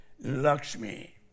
Lakshmi